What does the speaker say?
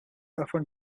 often